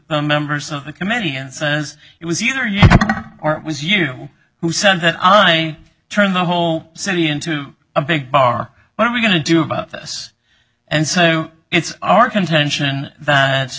the members of the committee and says it was either you or it was you who said that i turned the whole city into a big bar what are we going to do about this and so it's our contention that